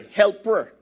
helper